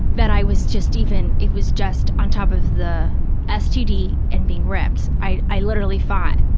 that i was just even, it was just on top of the std and being ripped, i i literally thought,